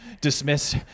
dismiss